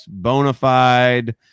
Bonafide